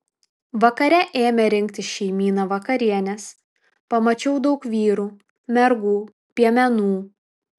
vakare ėmė rinktis šeimyna vakarienės pamačiau daug vyrų mergų piemenų